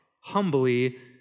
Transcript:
humbly